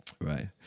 Right